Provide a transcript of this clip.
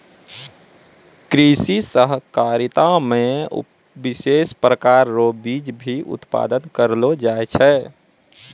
कृषि सहकारिता मे विशेष प्रकार रो बीज भी उत्पादन करलो जाय छै